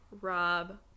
rob